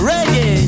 Reggae